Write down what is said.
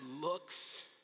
looks